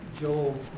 Joel